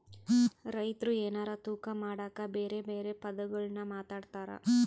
ರೈತ್ರು ಎನಾರ ತೂಕ ಮಾಡಕ ಬೆರೆ ಬೆರೆ ಪದಗುಳ್ನ ಮಾತಾಡ್ತಾರಾ